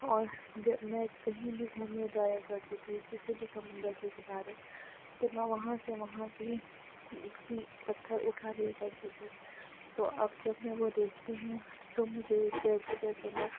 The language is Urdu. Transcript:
اور جب میں کہیں بھی گھومنے جایا کرتی تھی کسی بھی سمندر کے کنارے تو میں وہاں سے وہاں کی کی پتھر اٹھا لیا کرتی تھی تو اب جب میں وہ دیکھتی ہوں تو مجھے جیسے جیسے